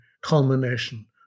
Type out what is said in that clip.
culmination